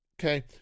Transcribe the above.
okay